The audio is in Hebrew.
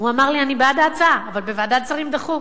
אמר לי: אני בעד ההצעה, אבל בוועדת שרים דחו.